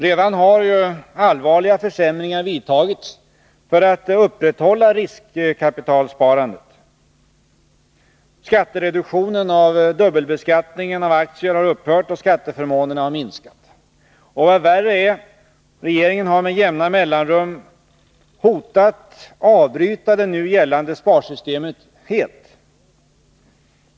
Redan har allvarliga försämringar vidtagits för att risksparandet skall kunna upprätthållas. Skattereduktionen av dubbelbeskattningen av aktier har upphört och skatteförmånerna har minskat. Och vad värre är — regeringen har med jämna mellanrum hotat att avbryta de nu gällande sparsystemen helt.